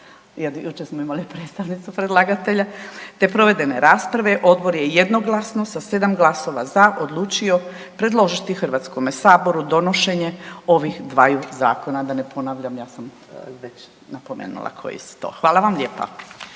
jučer smo imali predstavnicu predlagatelja, te provedene rasprave, Odbor je jednoglasno sa 7 glasova za odlučio predložiti Hrvatskome saboru donošenje ovih dvaju zakona, da ne ponavljam, ja sam već napomenula koji su to. Hvala vam lijepa.